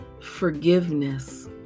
Forgiveness